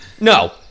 No